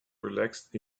relaxed